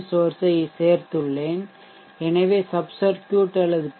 source ஐ சேர்த்துள்ளேன் எனவே சப் சர்க்யூட் அல்லது பி